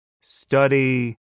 study